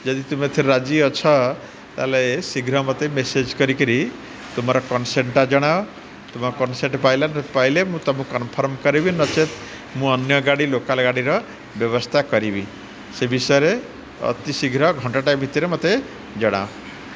ଯଦି ତୁମେ ଏଥିରେ ରାଜି ଅଛ ତା'ହେଲେ ଶୀଘ୍ର ମତେ ମେସେଜ୍ କରିକିରି ତୁମର କନ୍ସେପ୍ଟଟା ଜଣାଅ ତୁମର କନ୍ସେପ୍ଟ ପାଇଲେ ପାଇଲେ ମୁଁ ତମକୁ କନଫର୍ମ କରିବି ନଚେତ୍ ମୁଁ ଅନ୍ୟ ଗାଡ଼ି ଲୋକାଲ୍ ଗାଡ଼ିର ବ୍ୟବସ୍ଥା କରିବି ସେ ବିଷୟରେ ଅତି ଶୀଘ୍ର ଘଣ୍ଟାଟା ଭିତରେ ମତେ ଜଣାଅ